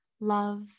love